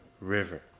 river